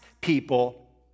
people